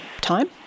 time